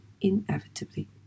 inevitably